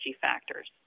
factors